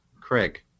craig